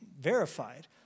verified